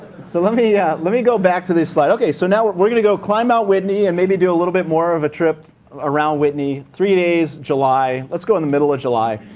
so let me yeah let me go back to this slide. okay. so now we're going to go climb mt. whitney and maybe do a little bit more of a trip around whitney. three days in july. let's go in the middle of july.